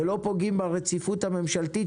ולא פוגעים ברציפות הממשלתית,